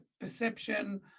perception